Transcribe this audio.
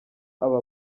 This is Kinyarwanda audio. aba